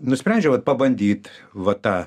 nusprendžiau vat pabandyt va tą